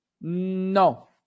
No